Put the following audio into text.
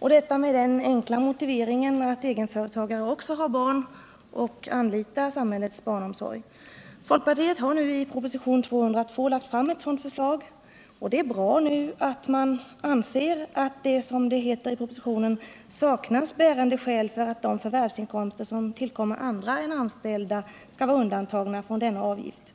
Detta med den enkla motiveringen att egenföretagare också har barn och anlitar samhällets barnomsorg. Folkpartiregeringen har nu i propositionen 202 lagt fram ett förslag om en sådan avgift. Det är bra att man nu anser att det, som det heter i propositionen, saknas bärande skäl för att de förvärvsinkomster som tillkommer andra än anställda skall vara undantagna från denna avgift.